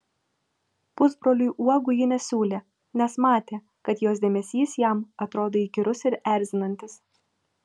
pusbroliui uogų ji nesiūlė nes matė kad jos dėmesys jam atrodo įkyrus ir erzinantis